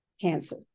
cancer